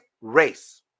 race